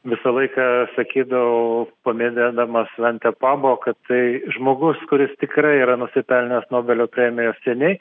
visą laiką sakydavau pamenėdamas sventę pabo kad tai žmogus kuris tikrai yra nusipelnęs nobelio premijos seniai